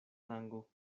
lango